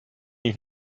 ich